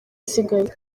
isigaye